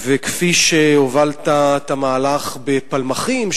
וכפי שהובלת את המהלך בפלמחים,